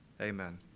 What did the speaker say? amen